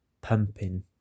pumping